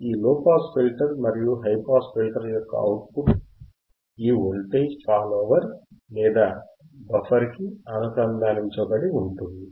ఈ low pass filter మరియు high pass filter యొక్క అవుట్పుట్ ఈ వోల్టేజ్ ఫాలోవర్ లేదా బఫర్ కి అనుసంధానించబడి ఉంది